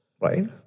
Right